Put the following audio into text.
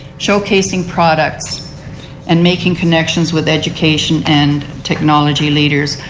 showcasing products and making connections with education and technology leaders.